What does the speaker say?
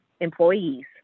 employees